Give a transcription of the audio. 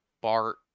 Bart